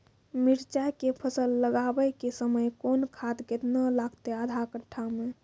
मिरचाय के फसल लगाबै के समय कौन खाद केतना लागतै आधा कट्ठा मे?